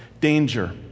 danger